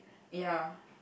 ya